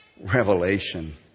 revelation